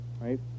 Right